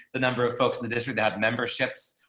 the number of folks in the district that memberships.